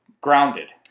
grounded